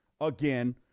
again